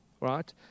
right